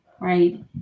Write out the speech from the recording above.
right